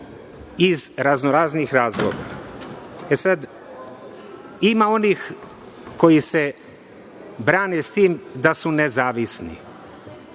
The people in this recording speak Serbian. iz raznoraznih razloga. Ima onih koji se brane s tim da su nezavisni.